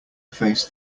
face